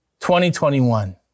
2021